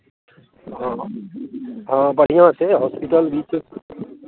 हँ हँ बढ़िआँ छै हॉस्पिटल बीच